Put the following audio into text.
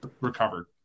recovered